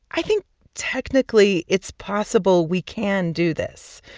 i think technically it's possible we can do this,